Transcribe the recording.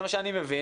זה מה שאני מבין.